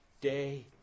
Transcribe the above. day